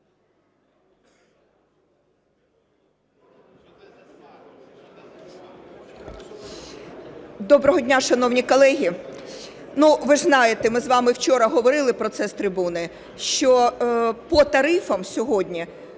Доброго дня, шановні колеги! Ну, ви ж знаєте, ми з вами вчора говорили про це з трибуни, що по тарифам сьогодні